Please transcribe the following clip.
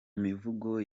mivugo